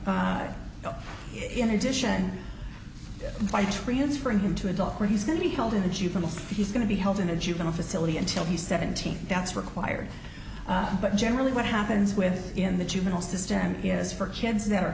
t in addition by transferring him to a dock where he's going to be held in a juvenile he's going to be held in a juvenile facility until he's seventeen that's required but generally what happens with in the juvenile system is for kids that are